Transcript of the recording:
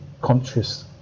conscious